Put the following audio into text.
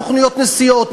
סוכנויות נסיעות,